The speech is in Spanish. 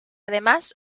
además